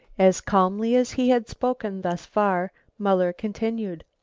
as calmly as he had spoken thus far muller continued.